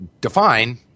define